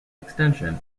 extension